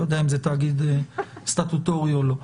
לא יודע אם זה תאגיד סטטוטורי או לא.